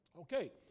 Okay